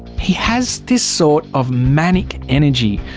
he has this sort of manic energy.